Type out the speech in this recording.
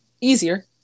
easier